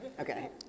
okay